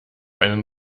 einen